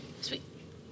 Sweet